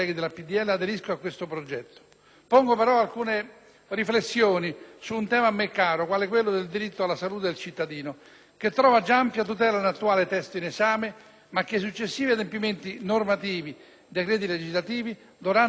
Pongo, però, alcune riflessioni su un tema a me caro quale quello del diritto alla salute del cittadino che trova già ampia tutela nell'attuale testo in esame, ma che i successivi adempimenti normativi (decreti legislativi) dovranno via via sempre più salvaguardare.